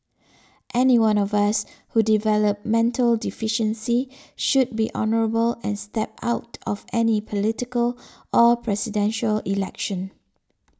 anyone of us who develop mental deficiency should be honourable and step out of any political or Presidential Election